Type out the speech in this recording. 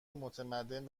متمدن